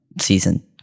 season